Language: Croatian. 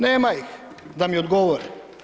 Nema ih, da mi odgovore.